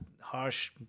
harsh